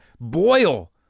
boil